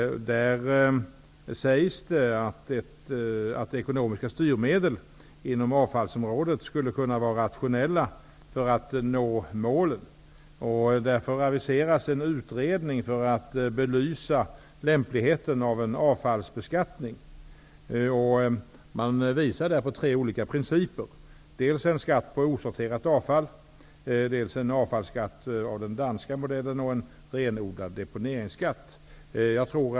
Där sägs det att ekonomiska styrmedel inom avfallsområdet skulle kunna vara rationella för att nå målen. Därför aviseras en utredning för att belysa lämpligheten av en avfallsbeskattning. Det visas på tre olika principer: en skatt på osorterat avfall, en avfallsskatt enligt dansk modell och en renodlad deponeringsskatt.